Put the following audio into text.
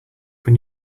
when